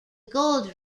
gold